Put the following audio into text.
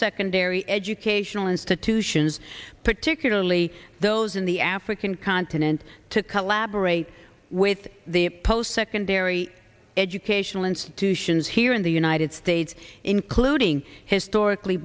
secondary educational institutions particularly those in the african continent to collaborate with post secondary educational institutions here in the united states including historically